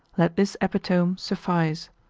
let this epitome suffice.